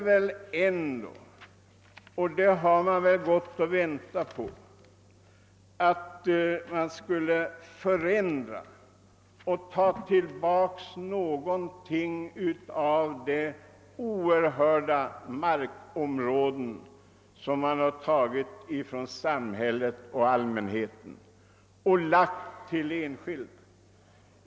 Man har väl gått och väntat på att det skulle kunna tas tillbaka något av de oerhört stora markområden som avhänts samhället av enskilda personer.